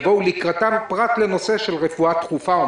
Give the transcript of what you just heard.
פרט לנושא של רפואה דחופה.